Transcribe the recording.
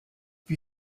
wie